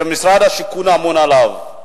שמשרד השיכון אמון עליו.